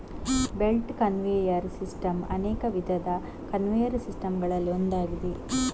belt conveyor system ಅನೇಕ ವಿಧದ conveyor system ಗಳಲ್ಲಿ ಒಂದಾಗಿದೆ